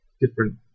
different